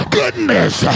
goodness